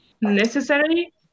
necessary